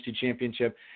championship